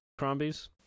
Crombies